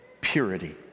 purity